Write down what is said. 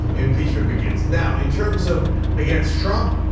impeachment begins. now, in terms of against trump,